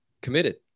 committed